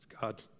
God